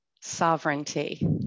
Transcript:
Sovereignty